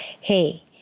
hey